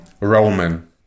Roman